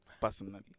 personally